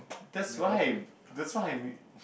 that's why that's why I'm